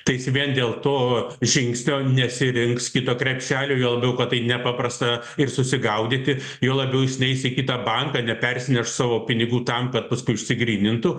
tai jis vien dėl to žingsnio nesirinks kito krepšelio juo labiau kad tai nepaprasta ir susigaudyti juo labiau jis neis į kitą banką nepersineš savo pinigų tam kad paskui išsigrynintų